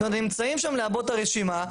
הם נמצאים שם לעבות את הרשימה,